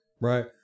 Right